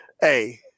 Hey